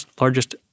largest